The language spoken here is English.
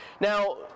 Now